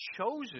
chosen